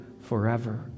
forever